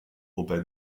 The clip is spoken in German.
wobei